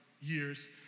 years